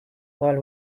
while